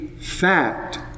fact